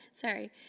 sorry